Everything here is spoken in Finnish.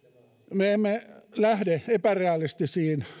me emme lähde epärealistisiin